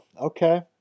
okay